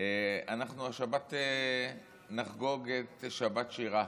אנחנו השבת נחגוג את שבת שירה.